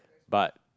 but